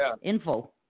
info